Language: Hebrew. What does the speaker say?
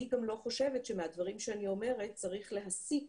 אני גם לא חושבת שמהדברים שאני אומרת צריך להסיק